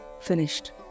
Finished